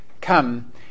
come